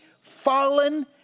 fallen